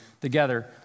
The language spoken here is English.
together